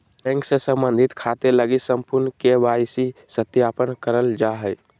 bank से संबंधित खाते लगी संपूर्ण के.वाई.सी सत्यापन करल जा हइ